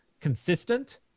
consistent